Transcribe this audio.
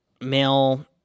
male